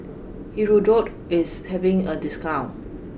hirudoid is having a discount